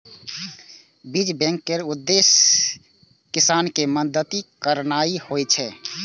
बीज बैंक केर उद्देश्य किसान कें मदति करनाइ होइ छै